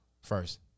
first